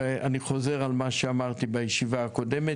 ואני חוזר על מה שאמרתי בישיבה הקודמת.